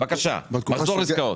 הוא עשה את זה הרגע.